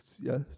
yes